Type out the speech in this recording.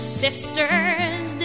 sisters